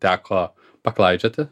teko paklaidžioti